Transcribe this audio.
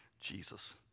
Jesus